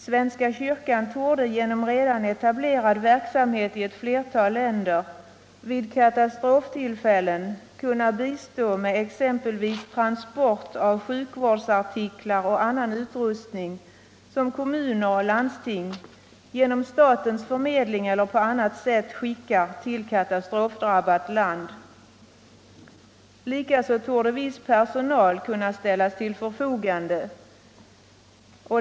Svenska kyrkan torde, genom redan etablerad verksamhet i ett flertal länder, vid katastroftillfällen kunna bistå med exempelvis transporter av sjukvårdsartiklar och annan utrustning som kommuner och landsting genom statens förmedling eller på annat sätt skickar till katastrofdrabbat land. Likaså torde viss personal kunna ställas till förfogande.